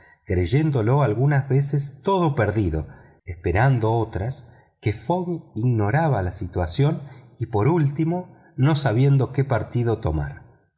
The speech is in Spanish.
creyéndolo algunas veces todo perdido esperando otras que fogg ignoraba la situación y por último no sabiendo qué partido tomar